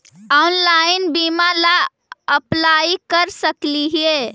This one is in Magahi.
ऑनलाइन बीमा ला अप्लाई कर सकली हे?